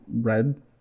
red